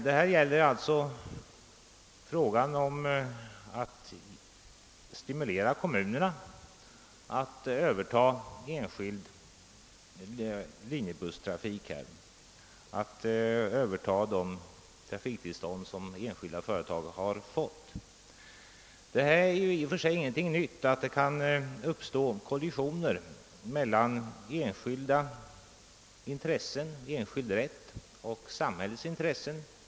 Det gäller alltså att stimulera kommunerna att överta trafiktillstånd som enskilda företag fått. Det är i och för sig ingenting nytt att det uppstår kollisioner mellan enskild rätt och samhällets intressen.